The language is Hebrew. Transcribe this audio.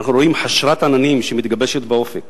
אנחנו רואים חשרת עננים שמתגבשת באופק